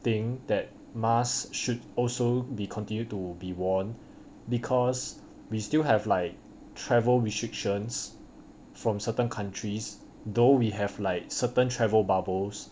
thing that mask should also be continued to be worn because we still have like travel restrictions from certain countries though we have like certain travel bubbles